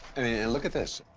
and look at this.